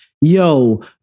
yo